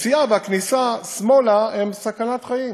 היציאה והכניסה שמאלה הם סכנת חיים,